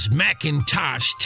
macintosh